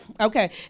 Okay